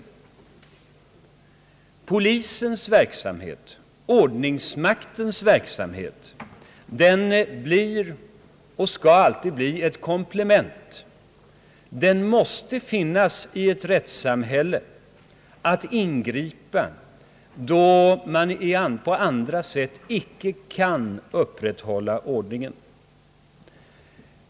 Polisens verksamhet, ordningsmaktens verksamhet, blir och skall alltid bli ett komplement. Den måste finnas i ett rättssamhälle och ingripa då man på andra sätt icke kan upprätthålla ordningen.